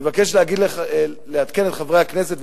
אני מבקש לעדכן את חברי הכנסת,